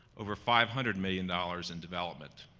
over five hundred million dollars in development,